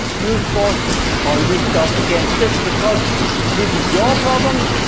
use force on this dog again just because this is your problem